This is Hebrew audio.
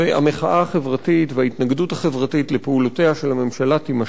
והמחאה החברתית וההתנגדות החברתית לפעולותיה של הממשלה תימשך.